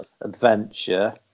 adventure